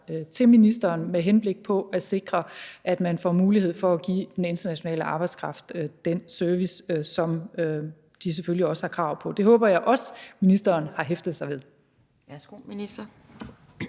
til ministeren med henblik på at sikre, at man får mulighed for at give den internationale arbejdskraft den service, som de mennesker selvfølgelig også har krav på. Det håber jeg også at ministeren har hæftet sig ved.